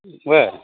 बरं